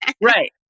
Right